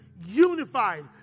unified